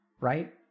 right